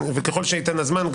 וככל שייתן הזמן,